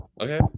Okay